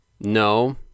no